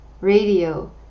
radio